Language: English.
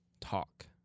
talk